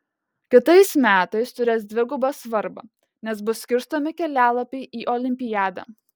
kitais metais turės dvigubą svarbą nes bus skirstomi kelialapiai į olimpiadą